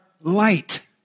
light